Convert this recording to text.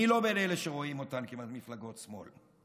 אני לא בין אלה שרואים אותן מפלגות שמאל,